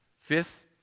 Fifth